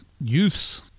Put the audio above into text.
youths